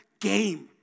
game